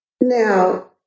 now